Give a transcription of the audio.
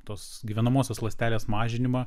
tos gyvenamosios ląstelės mažinimą